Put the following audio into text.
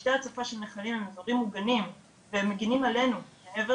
פשטי הצפה של נחלים הם דברים מוגנים והם מגינים עלינו מעבר